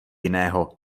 jiného